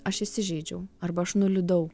aš įsižeidžiau arba aš nuliūdau